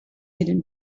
hidden